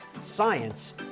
science